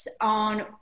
on